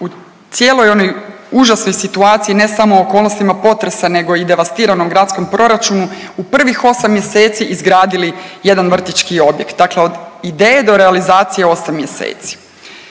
u cijeloj onoj užasnoj situaciji ne samo u okolnostima potresa nego i devastiranom gradskom proračunu u prvih 8 mjeseci izgradili jedan vrtićki objekt, dakle od ideje do realizacije 8 mjeseci.